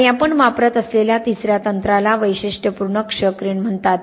आणि आपण वापरत असलेल्या तिसऱ्या तंत्राला वैशिष्ट्यपूर्ण क्ष किरण म्हणतात